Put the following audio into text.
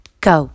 go